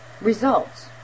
results